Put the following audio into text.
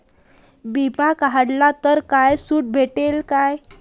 बिमा काढला तर करात सूट भेटन काय?